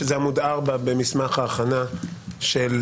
שזה עמוד 4 במסמך ההכנה של